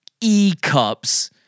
E-cups